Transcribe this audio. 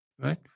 Right